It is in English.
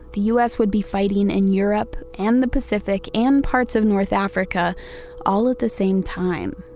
the us would be fighting in europe, and the pacific, and parts of north africa all at the same time,